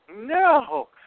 No